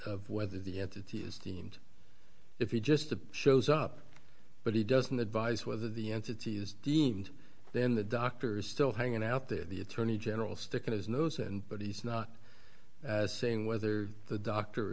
of whether the entity is deemed if he just the shows up but he doesn't advise whether the entities deemed then the doctors still hanging out there the attorney general sticking his nose and but he's not saying whether the doctor